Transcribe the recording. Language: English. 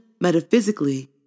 metaphysically